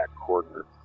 corner